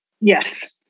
yes